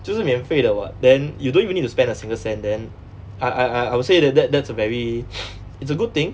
就是免费的 what then you don't even need to spend a single cent then I I I would say that that that's a very it's a good thing